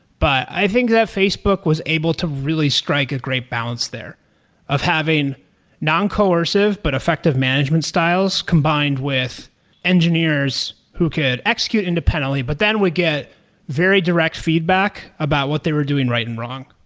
but i think that facebook was able to really strike a great balance there of having non-coercive, but effective management styles combined with engineers who could execute independently. but then we get very direct feedback about what they were doing right and wrong.